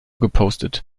gepostet